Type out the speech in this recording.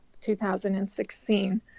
2016